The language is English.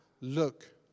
look